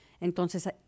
Entonces